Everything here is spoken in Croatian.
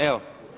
Evo.